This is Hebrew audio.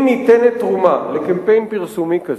אם ניתנת תרומה לקמפיין פרסומי כזה,